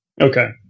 Okay